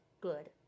good